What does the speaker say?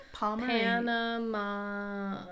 Panama